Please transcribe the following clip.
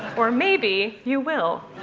or maybe you will.